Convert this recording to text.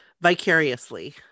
vicariously